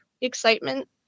excitement